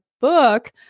book